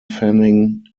fanning